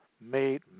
made